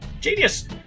genius